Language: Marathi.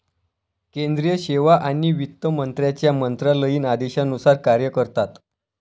केंद्रीय सेवा आणि वित्त मंत्र्यांच्या मंत्रालयीन आदेशानुसार कार्य करतात